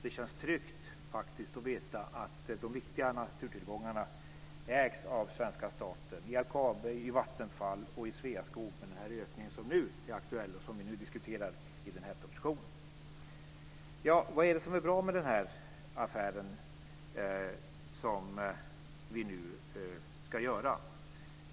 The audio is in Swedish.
Det känns faktiskt tryggt att veta att de viktiga naturtillgångarna ägs av svenska staten, i LKAB, i Vattenfall och i Sveaskog med den ökning som nu är aktuell och som tas upp i den proposition som vi nu diskuterar. Vad är det som är bra med denna affär som vi nu ska göra?